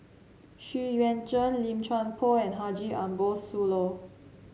Xu Yuan Zhen Lim Chuan Poh and Haji Ambo Sooloh